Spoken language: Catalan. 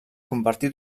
convertir